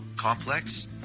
Complex